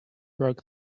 broke